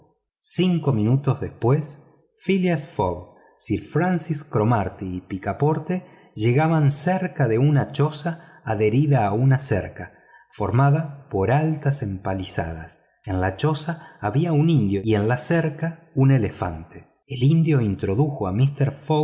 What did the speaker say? cinco minutos después phileas fogg sir francis cromarty y picaporte llegaban cerca de una choza adherida a una cerca formada por altas empalizadas en la choza habia un indio y en la cerca un elefante el indio introdujo a mister fogg